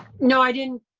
no i didn't.